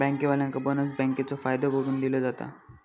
बँकेवाल्यांका बोनस बँकेचो फायदो बघून दिलो जाता